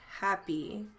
happy